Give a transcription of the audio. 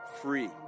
free